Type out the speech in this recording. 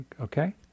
Okay